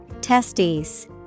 Testes